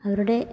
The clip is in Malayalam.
അവരുടെ